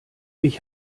ich